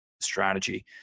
Strategy